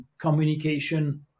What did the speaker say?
communication